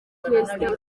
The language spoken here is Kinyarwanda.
perezida